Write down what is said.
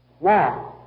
Now